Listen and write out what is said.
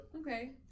Okay